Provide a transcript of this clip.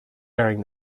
bearing